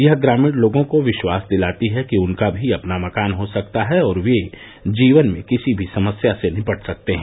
यह ग्रामीण लोगों को विश्वास दिलाती है कि उनका भी अपना मकान हो सकता है और वे जीवन में किसी भी समस्या से निपट सकते हैं